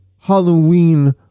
Halloween